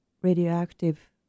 radioactive